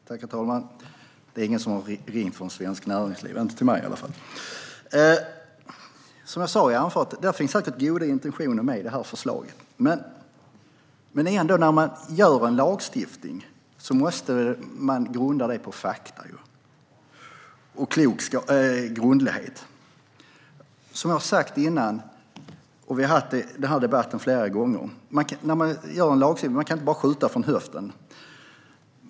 Herr talman! Det är ingen som har ringt från Svenskt Näringsliv, inte till mig i alla fall. Som jag sa i anförandet har man säkert goda intentioner med förslaget. Men när man gör en lagstiftning måste den grundas på fakta och grundlighet. Som jag har sagt tidigare - vi har haft den här debatten flera gånger - kan man inte bara skjuta från höften när man ska göra en lagstiftning.